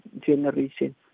generation